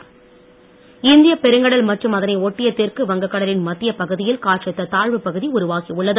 மழை இந்தியப் பெருங்கடல் மற்றும் அதனை ஒட்டிய தெற்கு வங்க கடலின் மத்தியப் பகுதியில் காற்றழுத்த தாழ்வுப் பகுதி உருவாகி உள்ளது